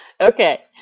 Okay